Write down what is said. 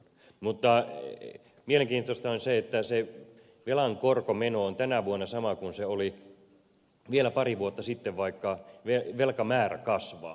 mutta mielenkiintoista on se että velan korkomeno on tänä vuonna sama kuin se oli vielä pari vuotta sitten vaikka velkamäärä kasvaa